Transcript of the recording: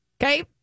Okay